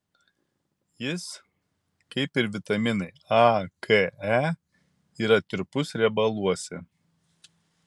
jis kaip ir vitaminai a k e yra tirpus riebaluose